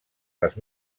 les